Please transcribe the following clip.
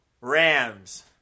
Rams